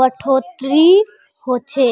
बढ़ोतरी होछे